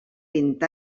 vint